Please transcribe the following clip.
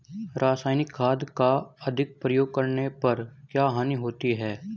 रासायनिक खाद का अधिक प्रयोग करने पर क्या हानि होती है?